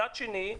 מצד שני,